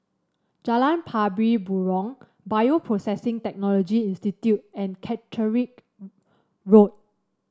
Jalan Pari Burong Bioprocessing Technology Institute and Catterick Road